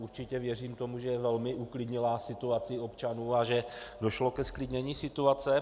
Určitě věřím tomu, že velmi uklidnila situaci občanů a že došlo ke zklidnění situace.